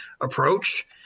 approach